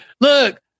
look